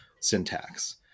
syntax